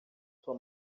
sua